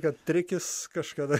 kad rikis kažkada